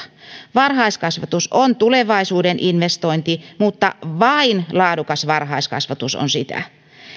varhaiskasvatus on tulevaisuuden investointi mutta vain laadukas varhaiskasvatus on sitä